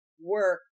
work